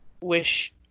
wish